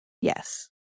Yes